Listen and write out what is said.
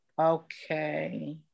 okay